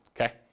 okay